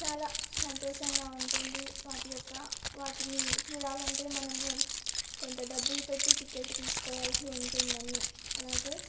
చాలా సంతోషంగా ఉంటుంది వాటి యొక్క వాటిని చూడాలంటే మనము కొంత డబ్బులు పెట్టి టికెట్ తీసుకోవాల్సి ఉంటుందని అలాగే